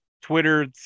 Twitter